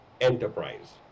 enterprise